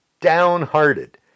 downhearted